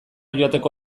joateko